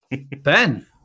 Ben